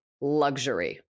luxury